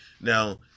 Now